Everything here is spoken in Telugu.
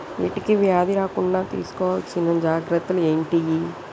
వీటికి వ్యాధి రాకుండా తీసుకోవాల్సిన జాగ్రత్తలు ఏంటియి?